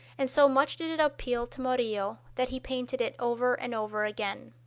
and so much did it appeal to murillo that he painted it over and over again.